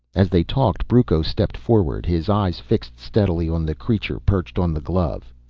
as they talked brucco stepped forward, his eyes fixed steadily on the creature perched on the glove.